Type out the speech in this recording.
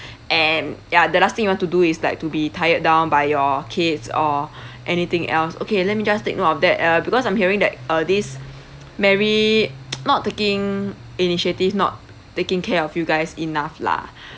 and ya the last thing you want to do is like to be tired down by your kids or anything else okay let me just take note of that uh because I'm hearing that uh this mary not taking initiative not taking care of you guys enough lah